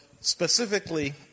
specifically